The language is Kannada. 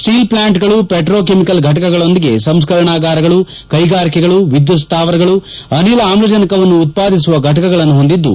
ಸ್ಸೀಲ್ ಪ್ಲಾಂಟ್ಗಳು ಪೆಟ್ರೋಕೆಮಿಕಲ್ ಫಟಕಗಳೊಂದಿಗೆ ಸಂಸ್ಕರಣಾಗಾರಗಳು ಕೈಗಾರಿಕೆಗಳು ವಿದ್ಯುತ್ ಸ್ಥಾವರಗಳು ಅನಿಲ ಆಮ್ಲಜನಕವನ್ನು ಉತ್ಪಾದಿಸುವ ಫಟಕಗಳನ್ನು ಹೊಂದಿದ್ದು